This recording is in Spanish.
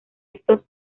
estos